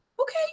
Okay